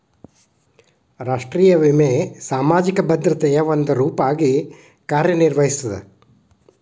ರಾಷ್ಟ್ರೇಯ ವಿಮೆ ಸಾಮಾಜಿಕ ಭದ್ರತೆಯ ಒಂದ ರೂಪವಾಗಿ ಕಾರ್ಯನಿರ್ವಹಿಸ್ತದ